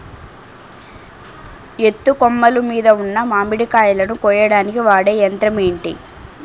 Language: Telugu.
ఎత్తు కొమ్మలు మీద ఉన్న మామిడికాయలును కోయడానికి వాడే యంత్రం ఎంటి?